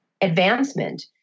advancement